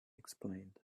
explained